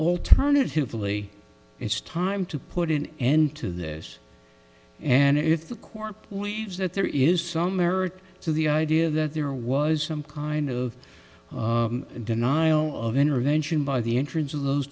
alternatively it's time to put an end to this and if the court believes that there is some merit to the idea that there was some kind of denial of intervention by the entrance of those